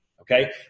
Okay